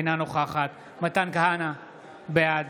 אינה נוכחת מתן כהנא, בעד